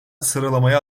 sıralamaya